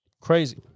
Crazy